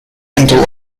into